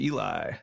Eli